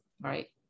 right